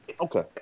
Okay